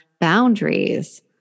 boundaries